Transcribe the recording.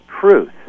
truth